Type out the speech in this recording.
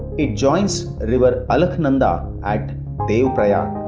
it joins river alaknanda devprayag.